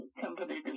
company